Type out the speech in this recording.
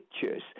Pictures